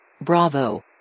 Bravo